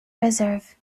reserve